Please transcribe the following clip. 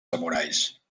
samurais